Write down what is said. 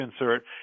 insert